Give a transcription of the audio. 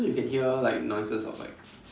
cause you can hear like noises outside